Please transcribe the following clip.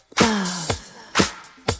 love